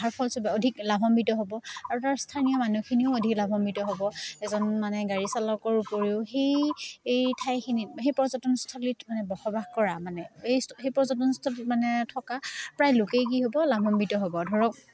অহাৰ ফলস্বৰূপে অধিক লাভাম্বিত হ'ব আৰু তাৰ স্থানীয় মানুহখিনিও অধিক লাভম্বিত হ'ব এজন মানে গাড়ী চালকৰ উপৰিও সেই এই ঠাইখিনিত সেই পৰ্যটনস্থলীত মানে বসবাস কৰা মানে এই সেই পৰ্যটনস্থলীত মানে থকা প্ৰায় লোকেই কি হ'ব লাভম্বিত হ'ব ধৰক